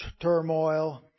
turmoil